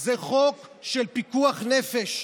זה חוק של פיקוח נפש.